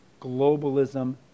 globalism